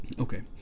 okay